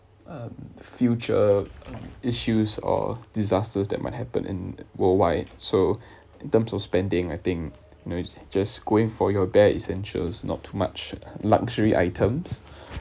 uh future issues or disasters that might happen in worldwide so in terms of spending I think you know just going for your bare essentials not too much luxury items